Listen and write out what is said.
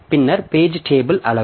பின்னர் page table அளவு